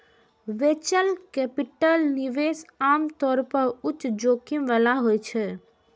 venture capital निवेश आम तौर पर उच्च जोखिम बला होइ छै